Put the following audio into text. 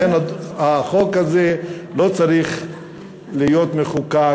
לכן החוק הזה לא צריך להיות מחוקק,